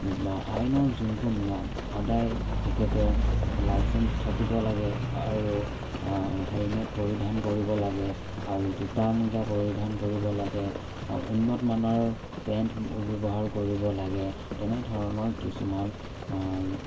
আইনৰ যোনবোৰ নিয়ম সদায় তেখেতে লাইচেঞ্চ থাকিব লাগে আৰু হেলমেট পৰিধান কৰিব লাগে আৰু জোতা মোজা পৰিধান কৰিব লাগে উন্নতমানৰ পেণ্ট ব্যৱহাৰ কৰিব লাগে তেনেধৰণৰ কিছুমান